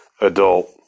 adult